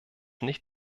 nicht